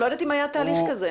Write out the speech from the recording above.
אני לא יודעת אם היה תהליך כזה.